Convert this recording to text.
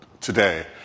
today